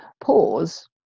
pause